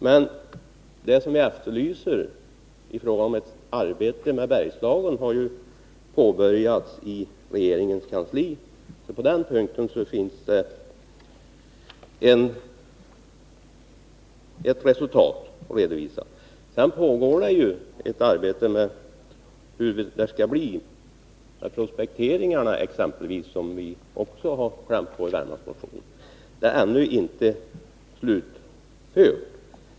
Men det som efterlyses i fråga om insatser för Bergslagen har ju påbörjats i regeringens kansli, så på den punkten har det redovisats resultat. Det pågår också ett arbete med exempelvis de prospekteringar som vi har berört i Värmlandsmotionen, men det är ännu inte slutfört.